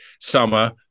summer